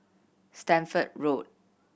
Stamford Road